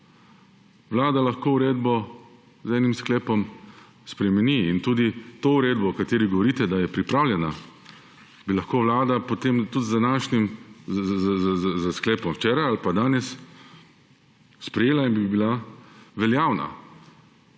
Vlada lahko uredbo z enim sklepom spremeni in tudi to uredbo, o kateri govorite, da je pripravljena, bi lahko Vlada potem tudi s sklepom včeraj ali pa danes sprejela in bi bila veljavna,